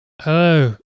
Hello